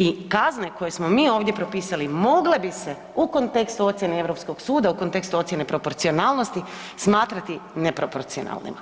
I kazne koje smo mi ovdje propisali mogle bi se u kontekstu ocjene Europskog suda, u kontekstu ocjene proporcionalnosti smatrati neproporcionalnima